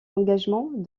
engagement